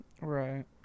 right